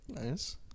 Nice